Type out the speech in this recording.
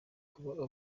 kuba